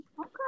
Okay